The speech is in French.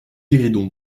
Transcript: guéridon